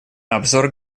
обзор